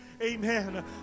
Amen